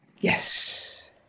yes